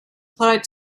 applied